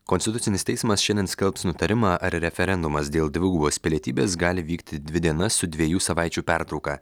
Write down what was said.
konstitucinis teismas šiandien skelbs nutarimą ar referendumas dėl dvigubos pilietybės gali vykti dvi dienas su dviejų savaičių pertrauka